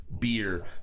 beer